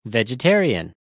Vegetarian